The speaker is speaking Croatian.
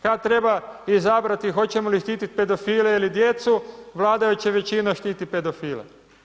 Kad treba izabrati hoćemo li štititi pedofiliju ili djecu, vladajuća većina štiti pedofile.